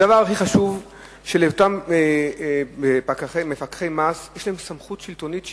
הדבר הכי חשוב הוא שלאותם מפקחי מס יש סמכות שלטונית שיפוטית,